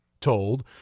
told